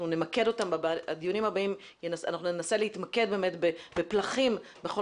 בדיונים הבאים ננסה להתמקד בפלחים בכל